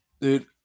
Dude